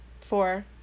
four